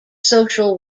social